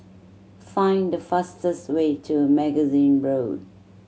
find the fastest way to Magazine Road